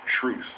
truth